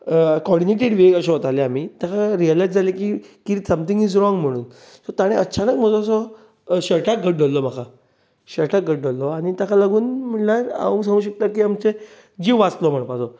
coordinated way अशे वताले आमी ताका रियलायज जालें की समथिंग इज रोंग म्हणून सो तांणें अचानक म्हजो असो शर्टाक घट धरलो म्हज्या शर्टाक घट धरलो आनी ताका लागून म्हळ्यार हांव सांगूंक सोदता की आमचे जीव वाचलो म्हणपाचो